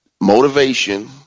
motivation